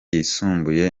yisumbuye